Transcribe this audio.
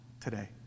today